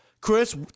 Chris